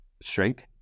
shrink